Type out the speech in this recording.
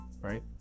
Right